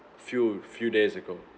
few few days ago